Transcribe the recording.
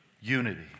unity